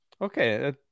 Okay